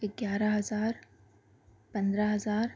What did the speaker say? گیارہ ہزار پندرہ ہزار